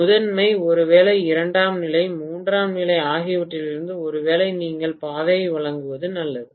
முதன்மை ஒருவேளை இரண்டாம் நிலை மூன்றாம் நிலை ஆகியவற்றிலிருந்து ஒருவேளை நீங்கள் பாதையை வழங்குவது நல்லது